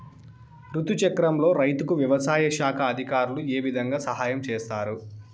రుతు చక్రంలో రైతుకు వ్యవసాయ శాఖ అధికారులు ఏ విధంగా సహాయం చేస్తారు?